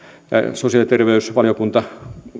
sosiaali ja terveysvaliokunta